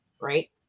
right